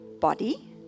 body